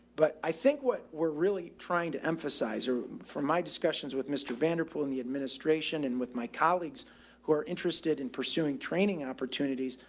but i think what we're really trying to emphasize from my discussions with mr vanderpool and the administration and with my colleagues who are interested in pursuing training opportunities,